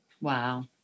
Wow